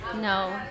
No